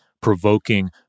provoking